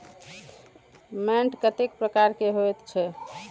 मैंट कतेक प्रकार के होयत छै?